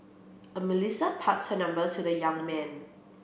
a Melissa passed her number to the young man